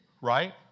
right